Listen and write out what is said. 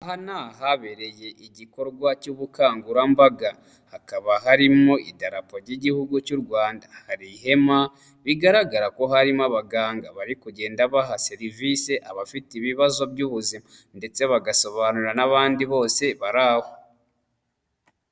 Aha ni abereye igikorwa cy'ubukangurambaga. Hakaba harimo idarapo ry'igihugu cy'u Rwanda. Hari ihema bigaragara ko harimo abaganga, bari kugenda baha serivisi abafite ibibazo by'ubuzima. Ndetse bagasobanura n'abandi bose bari aho.